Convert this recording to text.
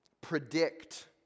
predict